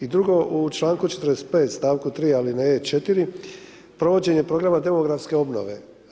I drugo, u članku 45. stavku 3. ali … 4., provođenje programa demografske obnove.